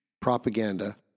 propaganda